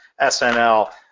SNL